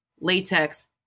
latex